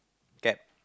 cab